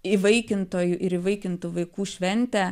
įvaikintojų ir įvaikintų vaikų šventę